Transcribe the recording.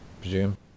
presume